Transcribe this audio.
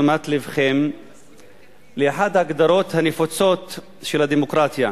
תשומת לבכם לאחת ההגדרות הנפוצות של הדמוקרטיה,